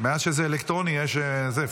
מאז שזה אלקטרוני, יש פקשושים.